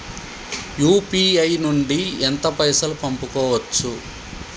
UPI నుండి ఎంత పైసల్ పంపుకోవచ్చు?